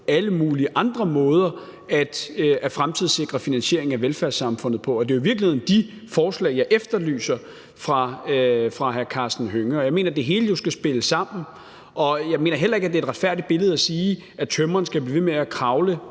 alle mulige andre måder at fremtidssikre finansieringen af velfærdssamfundet på. Det er jo i virkeligheden de forslag, jeg efterlyser fra hr. Karsten Hønge. Jeg mener jo, at det hele skal spille sammen. Jeg mener heller ikke, det er et retfærdigt billede at sige, at tømreren skal blive ved med at kravle